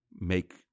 make